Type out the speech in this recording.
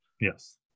yes